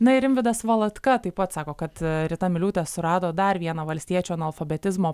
na ir rimvydas valatka taip pat sako kad rita miliūtė surado dar vieną valstiečių analfabetizmo